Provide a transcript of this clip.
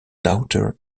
daughter